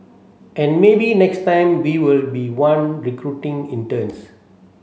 and maybe next time we will be the one recruiting interns